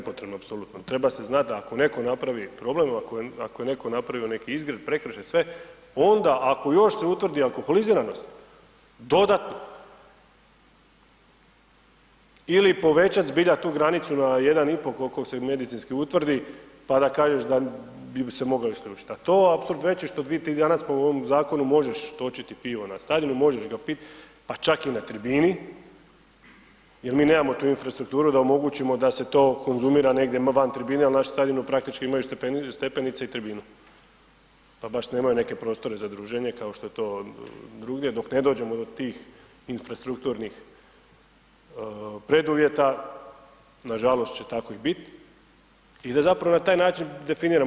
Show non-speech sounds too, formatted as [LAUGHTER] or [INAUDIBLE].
Nepotrebno, apsolutno, treba se znati da ako netko napravi problem, ako je netko napravio neki izgred, prekršaj, sve, onda ako još se utvrdi alkoholiziranost dodatno, ili povećati zbilja tu granicu na 1,5 koliko se medicinski utvrdi pa da kažeš da bi se moglo isključiti, a to apsurd veći što ... [UNINTELLIGIBLE] danas po ovom zakonu možeš točiti pivo na stadionu, možeš ga piti pa čak i na tribini jer mi nemamo tu infrastrukturu da omogućimo da se to konzumira negdje van tribine jer naši stadioni praktički imaju stepenice i tribinu pa baš nemaju neke prostore za druženje kao što to drugdje, dok ne dođemo do tih infrastrukturnih preduvjeta, nažalost će tako i biti i da zapravo na taj način definirano.